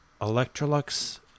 Electrolux